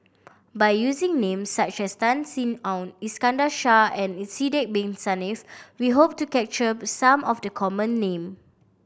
by using names such as Tan Sin Aun Iskandar Shah and Sidek Bin Saniff we hope to capture some of the common name